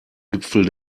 gipfel